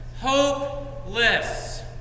hopeless